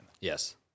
Yes